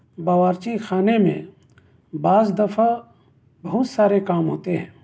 باورچی خانے میں بعض دفع بہت سارے کام ہوتے ہیں